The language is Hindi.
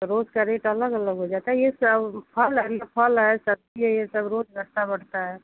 रोज़ का रेट अलग अलग हो जाता है ये सब फल है ना फल है सब्ज़ी है ये सब रोज़ घटता बढ़ता है